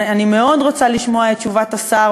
אני מאוד רוצה לשמוע את תשובת השר,